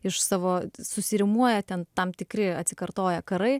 iš savo susirimuoja ten tam tikri atsikartoja karai